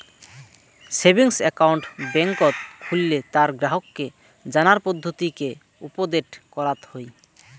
savings account বেংকত খুললে তার গ্রাহককে জানার পদ্ধতিকে উপদেট করাত হই